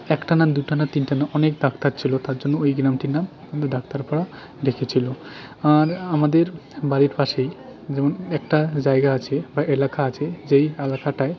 একটা না দুটো না তিনটে না অনেক ডাক্তার ছিল তার জন্য ওই গ্রামটির নাম ডাক্তার পাড়া রেখেছিল আর আমাদের বাড়ির পাশেই যেমন একটা জায়গা আছে বা এলাকা আছে যেই এলাকাটায়